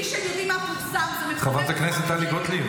בלי שיודעים מה פורסם --- חברת הכנסת טלי גוטליב,